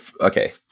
okay